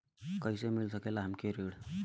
कइसे मिल सकेला हमके ऋण?